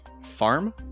farm